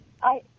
Hi